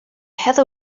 heather